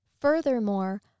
Furthermore